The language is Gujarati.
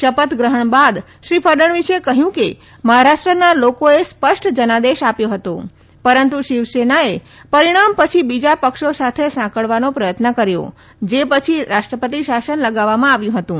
શપથ ગ્રહણ બાદ શ્રી ફડનવીસે કહયું કે મહારાષ્ટ્રના લોકોએ સ્પષ્ટ જનાદેશ આપ્યો હતો પરંતુ શિવસેનાએ પરીણામ પછી બીજા પક્ષો સાથે સંકળાવાનો પ્રયત્ન કર્યો જે પછી રાષ્ટ્રપતિ શાસન લગાવવામાં આવ્યું હતું